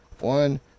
One